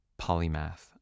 polymath